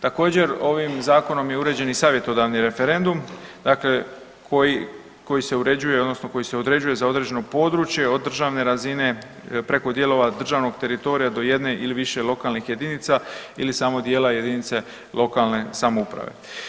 Također ovim zakonom je uređen i savjetodavni referendum, dakle koji, koji se uređuje odnosno koji se određuje za određeno područje od državne razine preko dijelova državnog teritorija do jedne ili više lokalnih jedinica ili samo dijela jedinice lokalne samouprave.